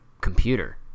computer